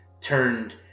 turned